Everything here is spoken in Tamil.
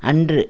அன்று